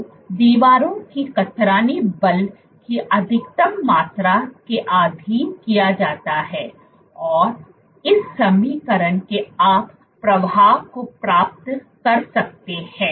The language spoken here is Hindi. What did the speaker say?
तो दीवारों को कतरनी बल की अधिकतम मात्रा के अधीन किया जाता है और इस समीकरण से आप प्रवाह को प्राप्त कर सकते हैं